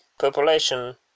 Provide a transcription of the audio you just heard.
Population